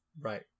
Right